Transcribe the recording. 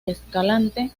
escalante